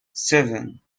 seven